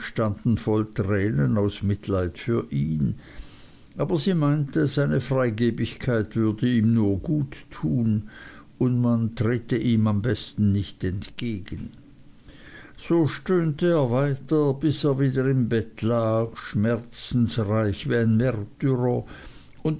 voll tränen aus mitleid für ihn aber sie meinte seine freigebigkeit würde ihm nur gut tun und man trete ihm am besten nicht entgegen so stöhnte er weiter bis er wieder im bett lag schmerzensreich wie ein